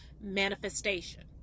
manifestation